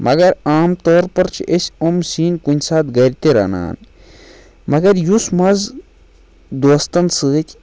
مگر عام طور پَر چھِ أسۍ یِم سِنۍ کُنہِ ساتہٕ گَرِ تہِ رَنان مگر یُس مزٕ دوستَن سۭتۍ